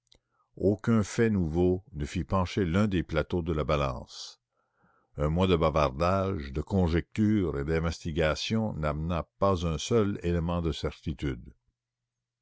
aucun fait nouveau ne fit pencher l'un des plateaux de la balance un mois de bavardages de conjectures et d'investigations n'amena pas un seul élément de certitude